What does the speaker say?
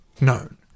known